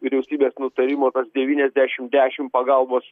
vyriausybės nutarimo tas devyniasdešimt dešimt pagalbos